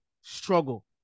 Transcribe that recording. struggle